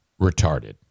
retarded